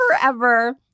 forever